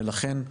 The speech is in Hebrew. ולכן,